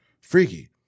Freaky